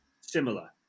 similar